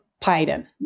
Python